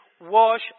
wash